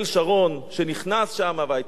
שנכנס שמה והיו המהומות,